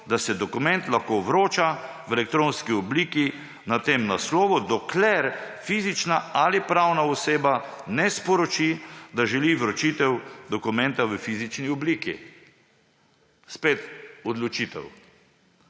da se dokument lahko vroča v elektronski obliki na tem naslovu, dokler fizična ali pravna oseba ne sporoči, da želi vročitev dokumenta v fizični obliki.« Spet odločitev.